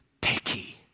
picky